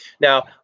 Now